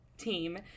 team